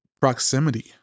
proximity